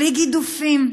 בלי גידופים.